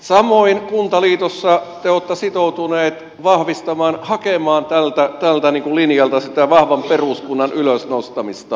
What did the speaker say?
samoin kuntaliitossa te olette sitoutuneet vahvistamaan hakemaan tältä linjalta sitä vahvan peruskunnan ylös nostamista